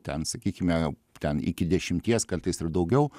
ten sakykime ten iki dešimties kartais ir daugiau